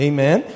Amen